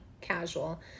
Casual